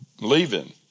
leaving